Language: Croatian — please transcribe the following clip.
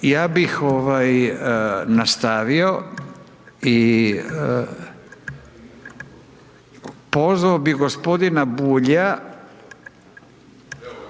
Ja bih nastavio i pozvao bih gospodina Bulja